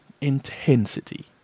intensity